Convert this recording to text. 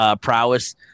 prowess